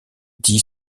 dix